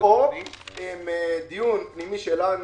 או דיון פנימי שלנו,